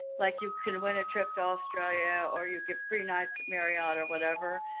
like you can win a trip to australia or you get free nights at marriott or whatever.